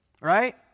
right